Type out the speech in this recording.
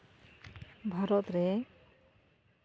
ᱵᱷᱟᱨᱚᱛ ᱨᱮ